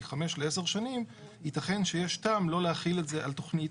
5 ל 10 שנים ייתכן שיש טעם לא להחיל את זה על תכנית